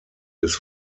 des